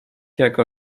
jego